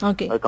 Okay